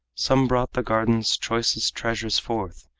some brought the garden's choicest treasures forth,